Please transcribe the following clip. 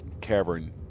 cavern